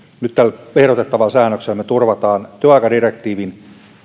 nyt tällä ehdotettavalla säännöksellä me turvaamme työaikadirektiivin